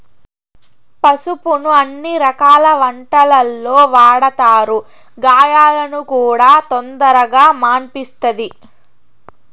పసుపును అన్ని రకాల వంటలల్లో వాడతారు, గాయాలను కూడా తొందరగా మాన్పిస్తది